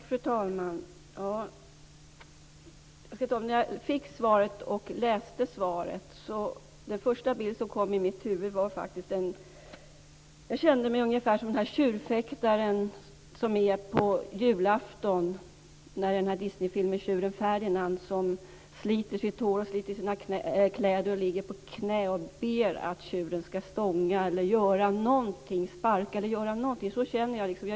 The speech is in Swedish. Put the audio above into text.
Fru talman! När jag fick svaret och läste det kände jag mig ungefär som tjurfäktaren i Disneyfilmen om tjuren Ferdinand som visas på julafton. Han sliter sitt hår och sina kläder och ligger på knä och ber att tjuren skall stånga honom, sparka honom eller göra någonting annat. Så känner jag mig.